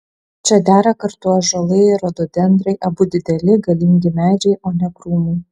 čia dera kartu ąžuolai ir rododendrai abu dideli galingi medžiai o ne krūmai